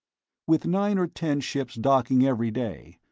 with nine or ten ships docking every day,